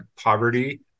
poverty